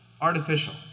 artificial